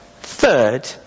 Third